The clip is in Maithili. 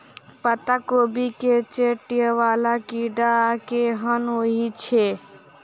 पत्ता कोबी केँ चाटय वला कीड़ा केहन होइ छै?